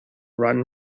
run